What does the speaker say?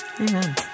Amen